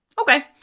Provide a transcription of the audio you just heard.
okay